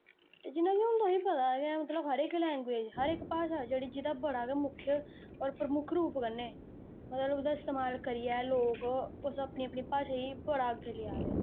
ते जि'यां कि हुन तुसें पता गै मतलब हर इक लैंग्वेज हर इक भाशा दा जेह्ड़ी जिदा बड़ा गै मुख्य और परमुक्ख रूप कन्नै मतलब उ'दा इस्तेमाल करियै लोक उस अपनी अपनी भाशा गी बड़ा अग्गै लिआ दे